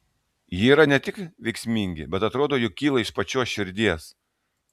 jie yra ne tik veiksmingi bet atrodo jog kyla iš pačios širdies